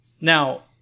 Now